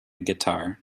guitar